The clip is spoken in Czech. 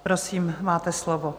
Prosím, máte slovo.